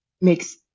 makes